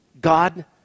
God